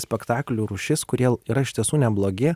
spektaklių rūšis kurie yra iš tiesų neblogi